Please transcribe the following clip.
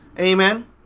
Amen